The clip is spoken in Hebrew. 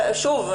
שוב,